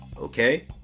Okay